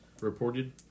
Reported